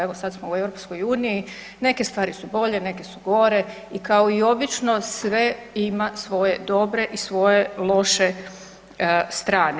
Evo sad smo u EU neke stvari su bolje, neke su gore i kao i obično sve ima svoje dobre i svoje loše strane.